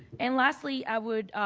and lastly i would